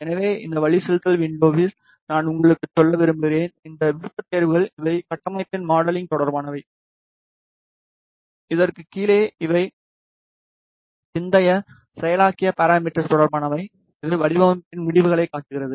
எனவே இந்த வழிசெலுத்தல் வின்டோஸில் நான் உங்களுக்கு சொல்ல விரும்புகிறேன் இந்த விருப்பத்தேர்வுகள் இவை கட்டமைப்பின் மாடலிங் தொடர்பானவை இதற்கு கீழே இவை பிந்தைய செயலாக்க பாராமிடர் தொடர்பானவை இது வடிவமைப்பின் முடிவுகளைக் காட்டுகிறது